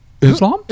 Islam